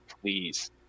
Please